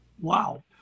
Wow